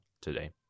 today